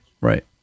Right